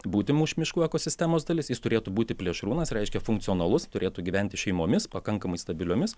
būti mūsų miškų ekosistemos dalis jis turėtų būti plėšrūnas reiškia funkcionalus turėtų gyventi šeimomis pakankamai stabiliomis